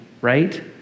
right